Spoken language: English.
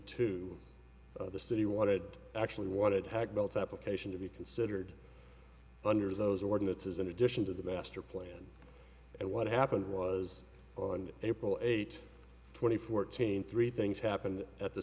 to the city what it actually what it had built application to be considered under those ordinances in addition to the master plan and what happened was on april eight twenty fourteen three things happened at the